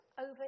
over